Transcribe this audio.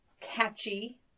catchy